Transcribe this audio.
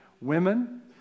women